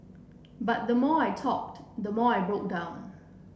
but the more I talked the more I broke down